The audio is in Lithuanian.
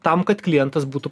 tam kad klientas būtų